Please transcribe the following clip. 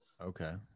okay